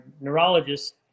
neurologist